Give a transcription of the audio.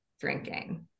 drinking